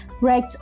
Right